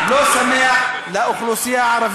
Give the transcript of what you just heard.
אבל זה חג לא שמח לאוכלוסייה הערבית,